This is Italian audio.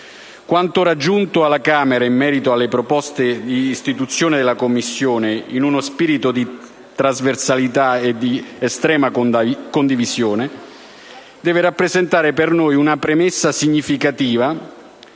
Quanto raggiunto alla Camera dei deputati in merito alle proposte di istituzione della Commissione, in uno spirito di trasversalità e di estrema condivisione, deve rappresentare per noi una premessa significativa